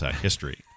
history